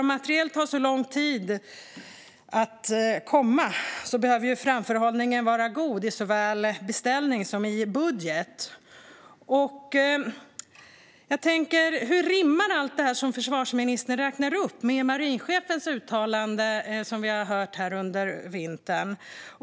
Om det tar så lång tid att få fram materiel måste framförhållningen vara god i såväl beställning som budget. Hur rimmar allt detta som försvarsministern räknar upp med marinchefens uttalande som vi har hört här under vintern?